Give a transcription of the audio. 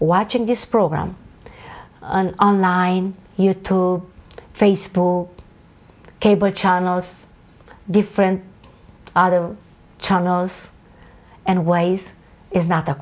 watching this program on line you too facebook cable channels different other channels and ways is not the